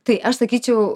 tai aš sakyčiau